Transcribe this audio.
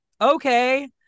okay